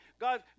God